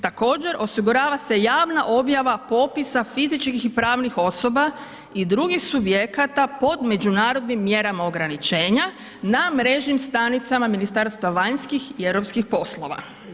Također, osigurava se javna objava popisa fizičkih i pravnih osoba i drugih subjekata pod međunarodnim mjerama ograničenja na mrežnim stranicama Ministarstva vanjskih i europskih poslova.